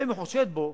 גם אם הוא חושד בו,